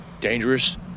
dangerous